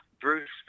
Bruce